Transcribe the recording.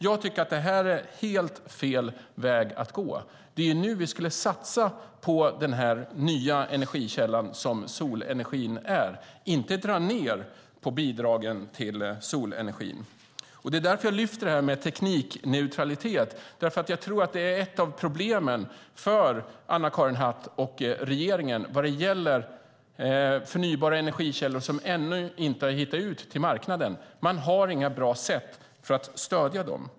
Jag tycker att det är helt fel väg att gå. Det är nu vi borde satsa på den nya energikälla som solenergin är, inte dra ned på bidragen till solenergin. Det är därför jag lyfter upp detta med teknikneutralitet. Jag tror nämligen att ett av problemen för Anna-Karin Hatt och regeringen är att förnybara energikällor ännu inte hittat ut på marknaden. Man har inga bra sätt att stödja dem.